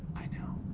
i know.